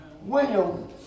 William